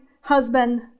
husband